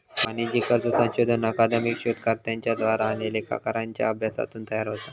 वाणिज्यिक कर्ज संशोधन अकादमिक शोधकर्त्यांच्या द्वारा आणि लेखाकारांच्या अभ्यासातून तयार होता